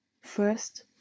First